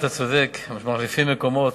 אתה צודק: כשמחליפים מקומות,